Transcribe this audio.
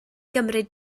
gymryd